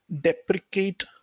deprecate